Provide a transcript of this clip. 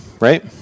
right